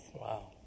Wow